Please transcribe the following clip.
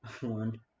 One